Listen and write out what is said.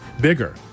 bigger